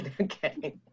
Okay